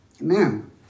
amen